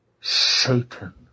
Satan